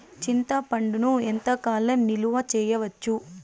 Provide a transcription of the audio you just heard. చింతపండును ఎంత కాలం నిలువ చేయవచ్చు?